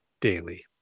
daily